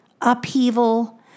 upheaval